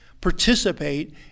participate